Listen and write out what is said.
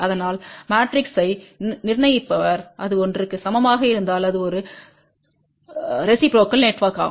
அதனால் மேட்ரிக்ஸை நிர்ணயிப்பவர் அது ஒன்றுக்கு சமமாக இருந்தால் இது ஒரு ரெசிப்ரோக்கல் நெட்ஒர்க்மாகும்